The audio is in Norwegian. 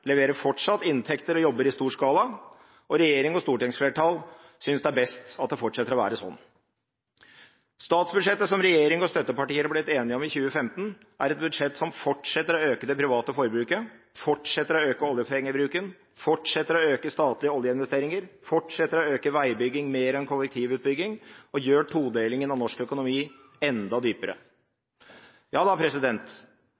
leverer fortsatt inntekter og jobber i stor skala, og regjering og stortingsflertall synes det er best at det fortsetter å være sånn. Statsbudsjettet som regjering og støttepartier er blitt enige om i 2015, er et budsjett som fortsetter å øke det private forbruket, fortsetter å øke oljepengebruken, fortsetter å øke statlige oljeinvesteringer, fortsetter å øke veibygging mer enn kollektivutbygging og gjør todelingen av norsk økonomi enda